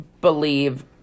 believe